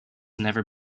never